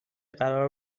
قرار